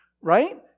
right